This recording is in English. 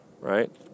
right